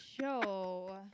show